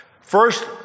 First